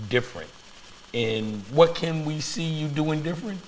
different in what can we see you doing different